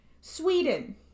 Sweden